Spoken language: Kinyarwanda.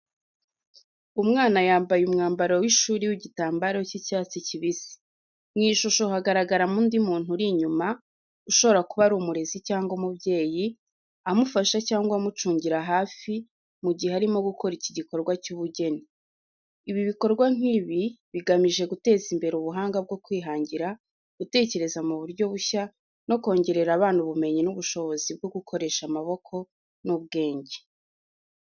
Umwana yambaye umwambaro w’ishuri w’igitambaro cy’icyatsi kibisi. Mu ishusho hagaragaramo undi muntu uri inyuma, ushobora kuba ari umurezi cyangwa umubyeyi, amufasha cyangwa amucungira hafi mu gihe arimo gukora iki gikorwa cy’ubugeni. Ibi bikorwa nk’ibi bigamije guteza imbere ubuhanga bwo kwihangira, gutekereza mu buryo bushya, no kongerera abana ubumenyi n’ubushobozi bwo gukoresha amaboko n’ubwenge.